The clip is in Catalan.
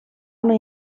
una